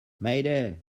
mayday